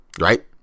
right